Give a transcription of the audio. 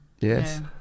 Yes